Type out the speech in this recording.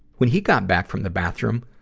when he got back from the bathroom,